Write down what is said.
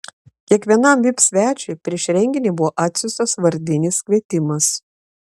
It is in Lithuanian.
kiekvienam vip svečiui prieš renginį buvo atsiųstas vardinis kvietimas